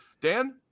Dan